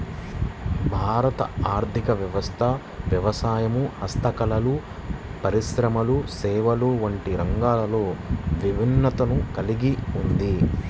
భారత ఆర్ధిక వ్యవస్థ వ్యవసాయం, హస్తకళలు, పరిశ్రమలు, సేవలు వంటి రంగాలతో విభిన్నతను కల్గి ఉంది